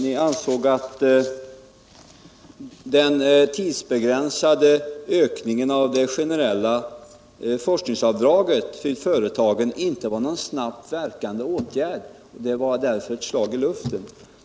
Ni ansåg att den tidsbegränsade ökningen av det generella forskningsavdraget till företagen inte var någon snabbt verkande åtgärd och att den därför bara var ett slag i luften.